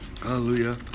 hallelujah